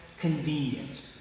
convenient